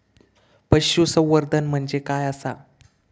पशुसंवर्धन म्हणजे काय आसा?